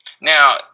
now